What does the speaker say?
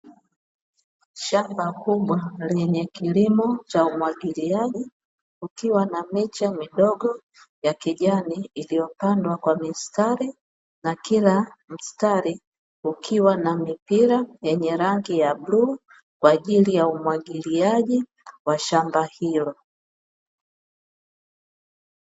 Shamba kubwa lenye kilimo cha umwagiliaji kukiwa na miche midogo ya kijani iliyopandwa kwa mistari, na kila mstari ukiwa na mipira yenye rangi ya bluu, kwa ajili ya umwagiliaji wa shamba hilo.